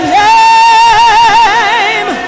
name